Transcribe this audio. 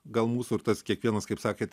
gal mūsų ir tas kiekvienas kaip sakėt